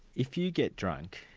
if you get drunk,